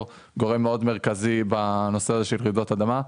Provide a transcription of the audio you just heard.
גורם מאוד מרכזי בנושא הזה של רעידות אדמה.